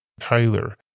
Tyler